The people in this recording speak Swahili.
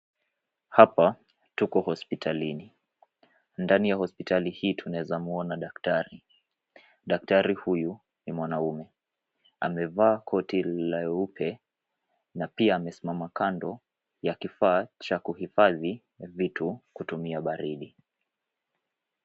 Hapa tuko hospitalini. Ndani ya hospitali hii tunaeza muona daktari. Daktari huyu ni mwanaume, amevaa koti leupe na pia amesimama kando ya kifaa cha kuhifadhi vitu kutumia baridi.